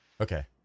Okay